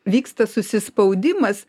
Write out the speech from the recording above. vyksta susispaudimas